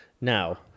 Now